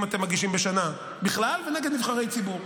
אתם מגישים בשנה בכלל ונגד נבחרי ציבור?